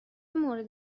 مورد